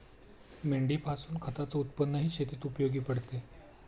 मेंढीपासून खताच उत्पन्नही शेतीत उपयोगी पडते